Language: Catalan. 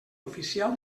oficial